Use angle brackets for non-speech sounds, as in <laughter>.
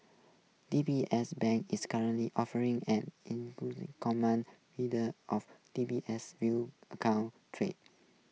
D B S Bank is currently offering an <unintelligible> common in the of D B S view account treat